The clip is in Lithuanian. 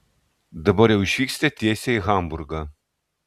dabar jau išvyksite tiesiai į hamburgą